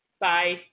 Bye